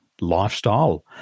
lifestyle